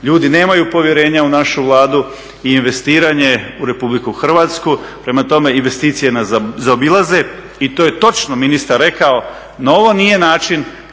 ljudi nemaju povjerenja u našu Vladu i investiranje u Republiku Hrvatsku, prema tome investicije nas zaobilaze i to je točno ministar rekao da ovo nije način